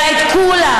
אלא את כולם,